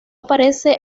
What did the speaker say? aparece